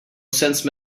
sense